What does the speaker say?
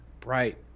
bright